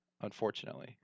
unfortunately